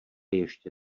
ještě